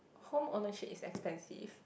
home ownership is expensive